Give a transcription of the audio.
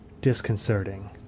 disconcerting